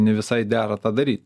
ne visai dera tą dary